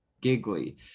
giggly